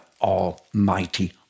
almighty